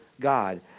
God